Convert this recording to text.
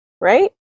right